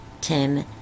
Tim